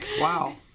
Wow